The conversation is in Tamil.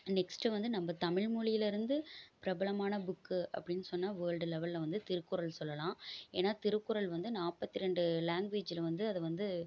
நெக்ஸ்ட்டு வந்து நம்ப தமிழ்மொழியில் இருந்து பிரபலமான புக்கு அப்படின்னு சொன்னால் வேர்ல்டு லெவலில் வந்து திருக்குறள் சொல்லலாம் ஏன்னா திருக்குறள் வந்து நாற்பத்தி ரெண்டு லேங்குவேஜில் வந்து அது வந்து